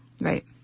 Right